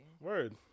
Word